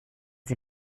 sie